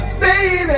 baby